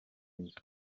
inzu